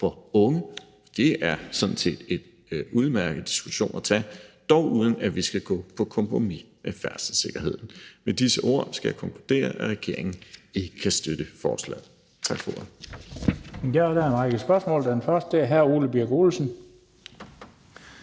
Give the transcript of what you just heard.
for unge – det er sådan set en udmærket diskussion at tage – dog uden at vi skal gå på kompromis med færdselssikkerheden. Med disse ord skal jeg konkludere, at regeringen ikke kan støtte forslaget. Tak for ordet. Kl. 14:07 Den fg. formand (Bent Bøgsted): Der er en